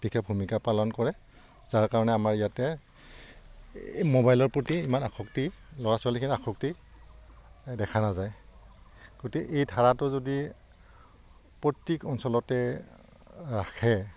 বিশেষ ভূমিকা পালন কৰে যাৰ কাৰণে আমাৰ ইয়াতে এই মোবাইলৰ প্ৰতি ইমান আসক্তি ল'ৰা ছোৱালীখিন আসক্তি দেখা নাযায় গতিকে এই ধাৰাটো যদি প্ৰত্যেক অঞ্চলতে ৰাখে